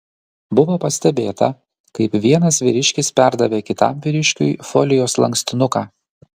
buvo pastebėta kaip vienas vyriškis perdavė kitam vyriškiui folijos lankstinuką